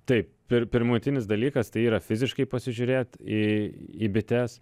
taip pir pirmutinis dalykas tai yra fiziškai pasižiūrėt į į bites